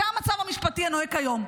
זה המצב המשפטי הנוהג כיום.